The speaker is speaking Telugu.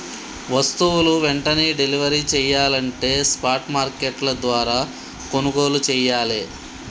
వస్తువులు వెంటనే డెలివరీ చెయ్యాలంటే స్పాట్ మార్కెట్ల ద్వారా కొనుగోలు చెయ్యాలే